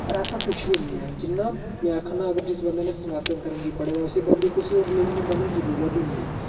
पर ऐसा कुछ बी नेईं ऐ जिन्ना में आक्खना अगर बंदे ने सनातन धर्म गी पढ़े दा होऐ उसी बंदे गी कुसै रिलिजन गी पढ़ने दी जरुरत गै नेईं होंदी